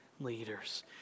leaders